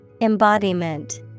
Embodiment